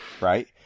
right